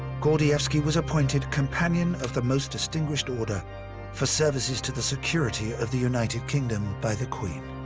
gordievsky was appointed companion of the most distinguished order for services to the security of the united kingdom by the queen.